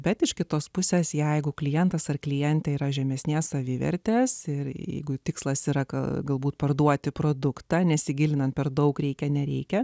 bet iš kitos pusės jeigu klientas ar klientė yra žemesnės savivertės ir jeigu tikslas yra kad galbūt parduoti produktą nesigilinant per daug reikia nereikia